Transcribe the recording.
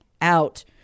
out